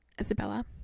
Isabella